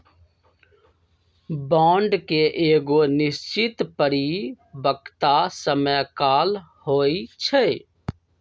bond के एगो निश्चित परिपक्वता समय काल होइ छइ